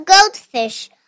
goldfish